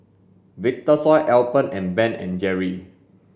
Vitasoy Alpen and Ben and Jerry's